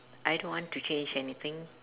I don't want to change anything